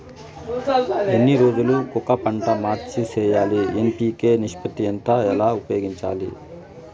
ఎన్ని రోజులు కొక పంట మార్చి సేయాలి ఎన్.పి.కె నిష్పత్తి ఎంత ఎలా ఉపయోగించాలి?